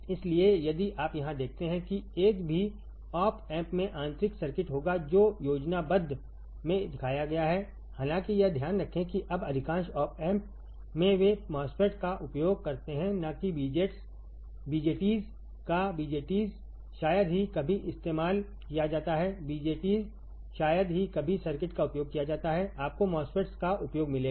इसलिए यदि आप यहां देखते हैं कि एक भी ऑप एम्प में आंतरिक सर्किट होगा जो योजनाबद्ध में दिखाया गया हैहालाँकि यह ध्यान रखें कि अब अधिकांश ऑपएम्प मेंवे MOSFET काउपयोग करते हैंन कि BJTs काBJTs शायद ही कभी इस्तेमाल किया जाता हैBJTs शायद ही कभी सर्किट का उपयोग किया जाता है आपको MOSFETs का उपयोग मिलेगा